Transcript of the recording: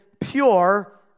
pure